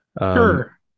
Sure